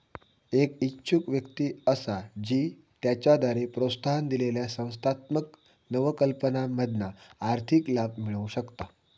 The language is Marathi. एक इच्छुक व्यक्ती असा जी त्याच्याद्वारे प्रोत्साहन दिलेल्या संस्थात्मक नवकल्पनांमधना आर्थिक लाभ मिळवु शकता